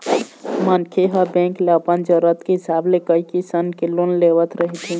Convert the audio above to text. मनखे ह बेंक ले अपन जरूरत के हिसाब ले कइ किसम के लोन लेवत रहिथे